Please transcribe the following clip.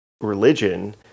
religion